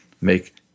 make